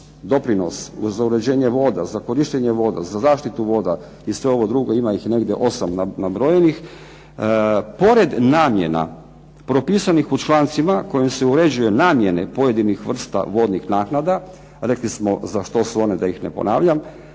doprinos za uređenje voda, za korištenje voda, za zaštitu voda, i sve ovo drugo, ima ih negdje osam nabrojenih. Pored namjena propisanih u člancima kojim se uređuje namjene pojedinih vrsta vodnih naknada, rekli smo za što su one da ih ne ponavljam,